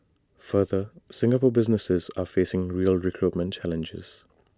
further Singaporean businesses are facing real recruitment challenges